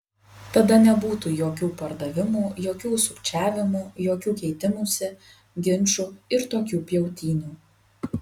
tada nebūtų jokių pardavimų jokių sukčiavimų jokių keitimųsi ginčų ir tokių pjautynių